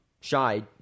Shy